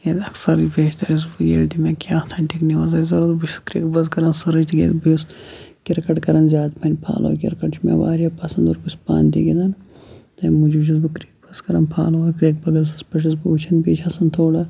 تِکیٛازِ اکثر بیشتر چھُس بہٕ ییٚلہِ تہِ مےٚ کینٛہہ آتھَنٹِک نِوٕز آسہِ ضوٚرَتھ بہٕ چھُس کِرٛکبَز کَران سٔرٕچ تِکیٛازِ بہٕ چھُس کِرکَٹ کَران زیادٕ وَنہِ فالو کِرکَٹ چھُ مےٚ واریاہ پَسنٛد اور بہٕ چھُس پانہٕ تہِ گِنٛدان تَمہِ موٗجوٗب چھُس بہٕ کِرٛکبَز کَران فالو کِرٛکبَزَس پٮ۪ٹھ چھُس بہٕ وٕچھان بیٚیہِ چھِ آسان تھوڑا